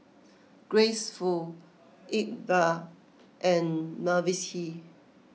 Grace Fu Iqbal and Mavis Hee